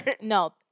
No